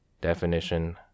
Definition